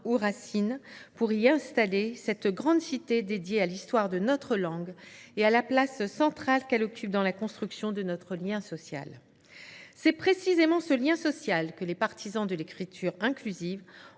ou Racine, pour y installer cette grande cité dédiée à l’histoire de notre langue et à la place centrale qu’elle occupe dans la construction de notre lien social. C’est précisément ce lien social que les partisans de l’écriture inclusive